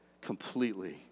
completely